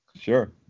Sure